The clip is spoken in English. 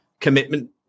commitment